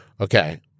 Okay